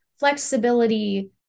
Flexibility